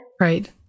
right